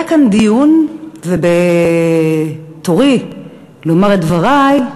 היה כאן דיון, ובתורי לומר את דברי,